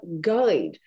guide